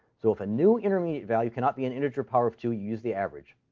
so if a new intermediate value cannot be an integer power of two, use the average.